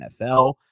NFL